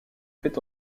fait